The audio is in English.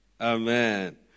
Amen